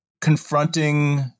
confronting